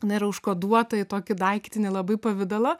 na yra užkoduota į tokį daiktinį labai pavidalą